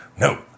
No